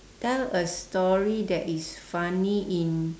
tell a story that is funny in